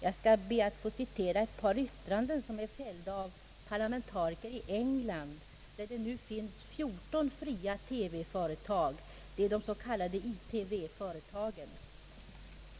Jag skall be att få citera ett par yttranden som är fällda av parlamentariker i England, där det finns 14 fria TV-företag, de s.k. ITV-företagen.